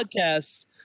podcast